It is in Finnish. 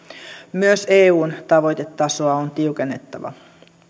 myös eun tavoitetasoa on tiukennettava